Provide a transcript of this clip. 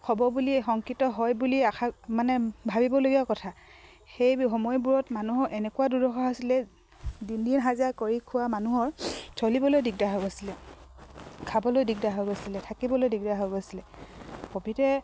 হ'ব বুলি সংকৃত হয় বুলি আশা মানে ভাবিবলগীয়াও কথা সেই সময়বোৰত মানুহৰ এনেকুৱা দুৰ্দশা হৈছিলে দিন দিন হাজৰা কৰি খোৱা মানুহৰ চলিবলৈ দিগদাৰ হৈ গৈছিলে খাবলৈ দিগদাৰ হৈ গৈছিলে থাকিবলৈ দিগদাৰ হৈ গৈছিলে কোবিডে